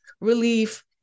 relief